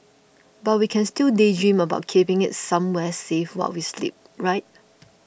but we can still daydream about keeping it somewhere safe while we sleep right